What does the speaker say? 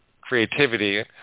creativity